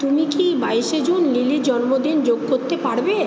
তুমি কি বাইশে জুন লিলির জন্মদিন যোগ করতে পারবে